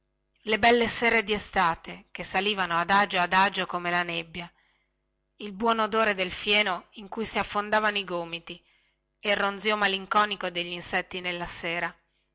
le belle sere di estate che salivano adagio adagio come la nebbia il buon odore del fieno in cui si affondavano i gomiti e il ronzio malinconico degli insetti della sera